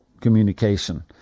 communication